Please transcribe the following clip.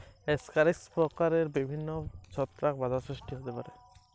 সূর্যমুখী চাষে কোন কোন ছত্রাক ঘটিত বাধা সৃষ্টি হতে পারে?